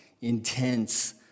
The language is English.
intense